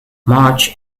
marge